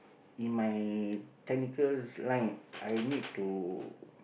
in my technical line I need to